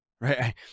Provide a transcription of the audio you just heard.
Right